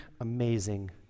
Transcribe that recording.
amazing